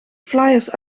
flyers